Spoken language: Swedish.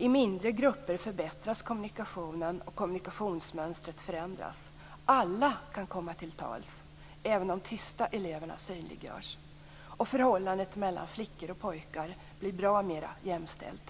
I mindre grupper förbättras kommunikationen, och kommunikationsmönstret förändras. Alla kan komma till tals. Även de tysta eleverna synliggörs, och förhållandet mellan flickor och pojkar blir mera jämställt.